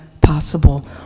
Possible